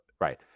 right